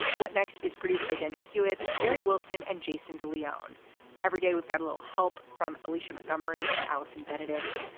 what next? is produced by daniel hewitt, mary wilson and jason de leone. every everyday we've got a little help from alicia montgomery and allison benedikt.